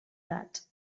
that